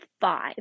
five